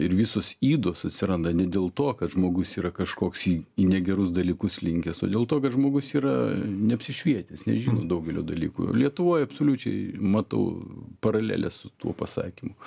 ir visos ydos atsiranda ne dėl to kad žmogus yra kažkoks į į negerus dalykus linkęs o dėl to kad žmogus yra neapsišvietęs nežino daugelio dalykų lietuvoj absoliučiai matau paralelę su tuo pasakymu